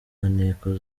maneko